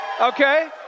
Okay